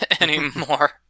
anymore